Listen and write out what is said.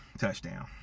touchdown